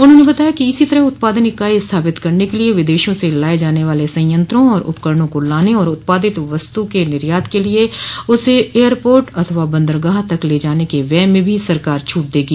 उन्होंने बताया इसी तरह उत्पादन इकाई स्थापित करने के लिए विदेशो से लाये जाने वाले संयंत्रो और उपकरणों को लाने और उत्पादित वस्तु के निर्यात के लिए उसे एयरपोर्ट अथवा बन्दरगाह तक ले जाने के व्यय में भी सरकार छूट देगी